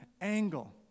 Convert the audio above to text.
angle